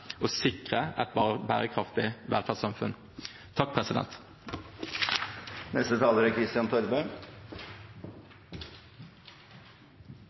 å sikre et bærekraftig velferdssamfunn. Derfor er